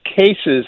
cases